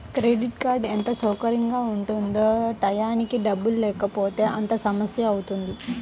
credit card ఎంత సౌకర్యంగా ఉంటుందో టైయ్యానికి డబ్బుల్లేకపోతే అంతే సమస్యవుతుంది